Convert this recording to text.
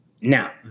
Now